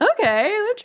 okay